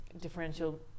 differential